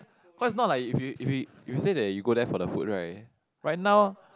cause not like if you if you if you say that you go there for the food right right now